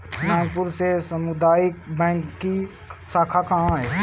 नागपुर में सामुदायिक बैंक की शाखा कहाँ है?